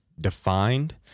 Defined